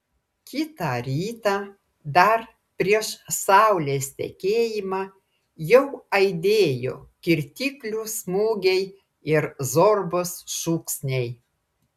kitą rytą dar prieš saulės tekėjimą jau aidėjo kirtiklių smūgiai ir zorbos šūksniai